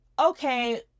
Okay